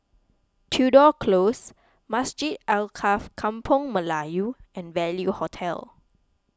Tudor Close Masjid Alkaff Kampung Melayu and Value Hotel